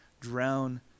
drown